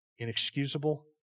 inexcusable